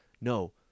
no